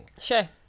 Sure